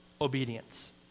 obedience